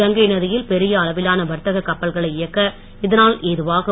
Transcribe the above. கங்கை நதியில் பெரிய அளவிலான வர்த்தக கப்பல்களை இயக்க இதனால் ஏதுவாகும்